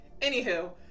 Anywho